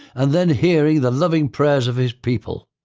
and then hearing the loving prayers of his people.